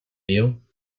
you